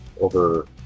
over